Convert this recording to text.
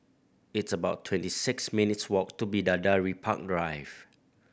it's about twenty six minutes' walk to Bidadari Park Drive